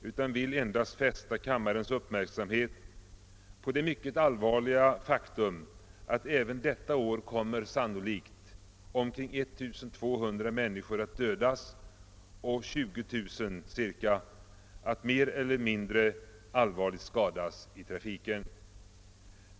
Jag vill endast fästa kammarens uppmärksamhet på det mycket allvarliga faktum att även detta år kommer sannolikt omkring 1 200 människor att dödas och ca 20 000 att mer eller mindre allvarligt skadas i trafiken.